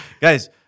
Guys